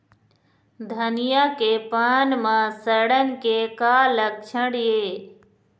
धनिया के पान म सड़न के का लक्षण ये?